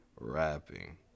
rapping